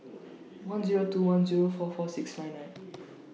one Zero two one Zero four four six nine nine